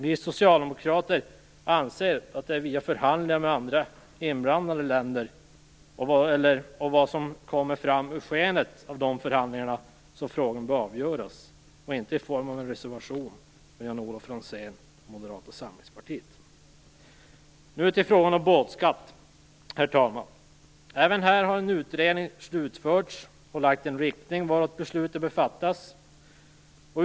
Vi socialdemokrater anser att det är via förhandlingar med andra inblandade länder som frågan bör avgöras, och inte genom en reservation från Jan-Olof Franzén och Nu till frågan om båtskatt, herr talman. Även här har en utredning slutförts, som har lagt fast vilken riktning besluten bör fattas i.